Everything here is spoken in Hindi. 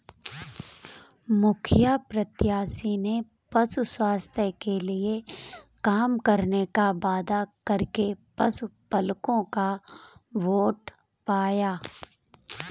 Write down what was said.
मुखिया प्रत्याशी ने पशु स्वास्थ्य के लिए काम करने का वादा करके पशुपलकों का वोट पाया